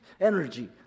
energy